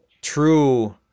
true